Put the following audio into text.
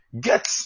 get